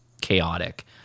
chaotic